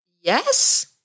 Yes